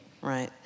Right